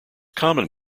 common